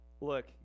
Look